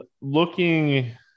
looking